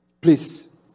Please